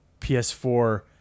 PS4